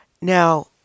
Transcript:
Now